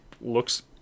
looks